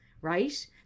right